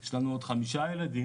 יש לנו עוד חמישה ילדים,